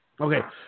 Okay